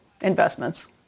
investments